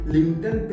LinkedIn